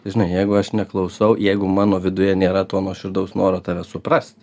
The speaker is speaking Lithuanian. žinai jeigu aš neklausau jeigu mano viduje nėra to nuoširdaus noro tave suprast